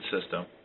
system